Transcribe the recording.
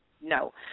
no